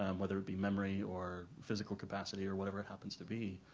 um whether it be memory or physical capacity or whatever it happens to be,